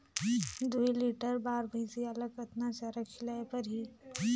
दुई लीटर बार भइंसिया ला कतना चारा खिलाय परही?